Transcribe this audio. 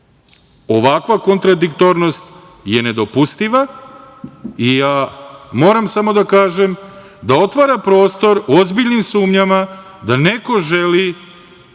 kontradiktornost je nedopustiva i ja moram samo da kažem da otvara prostor ozbiljnim sumnjama da neko želi